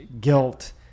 guilt